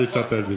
נטפל בזה.